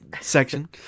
section